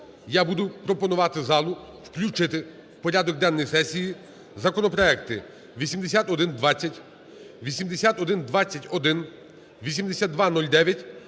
я буду пропонувати залу включити в порядок денний сесії законопроекти 8120, 8121, 8209,